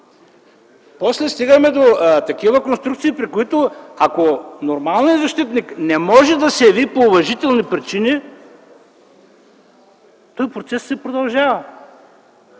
После стигаме до такива конструкции при които, ако нормалният защитник не може да се яви по уважителни причини, процесът си продължава.